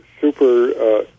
super